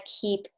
keep